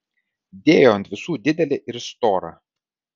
dėjo ant visų didelį ir storą